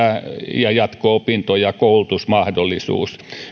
tämä jatko opinto ja koulutusmahdollisuus